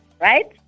right